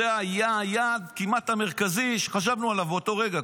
זה היה היעד המרכזי כמעט שחשבנו עליו באותו רגע,